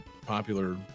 popular